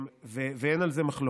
ואין על זה מחלוקת.